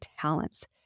talents